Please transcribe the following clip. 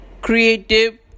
creative